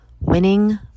Winning